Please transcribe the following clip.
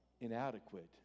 inadequate